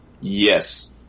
Yes